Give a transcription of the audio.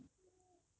so